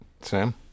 Sam